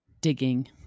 digging